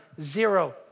Zero